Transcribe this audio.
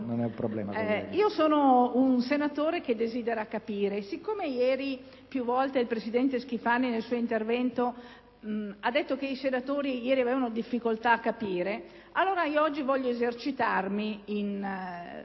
Sono un senatore che desidera capire. Siccome ieri più volte il presidente Schifani nel suo intervento ha detto che i senatori ieri avevano difficoltà a capire, allora oggi voglio esercitarmi nel